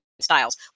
styles